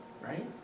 right